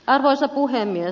arvoisa puhemies